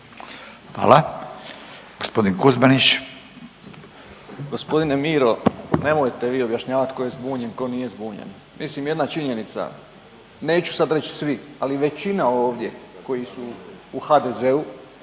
Hvala. Gospodin Kuzmanić.